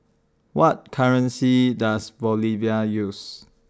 What currency Does Bolivia use